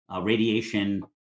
radiation